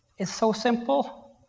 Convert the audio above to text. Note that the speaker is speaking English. is so simple